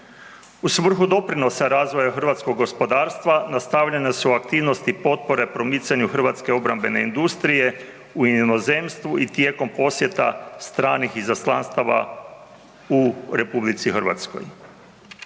U svrhu doprinosa razvoja hrvatskog gospodarstva nastavljene su aktivnosti potpore promicanju hrvatske obrambene industrije u inozemstvu i tijekom posjeta stranih izaslanstava u RH. Ljudi su